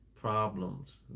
problems